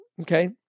okay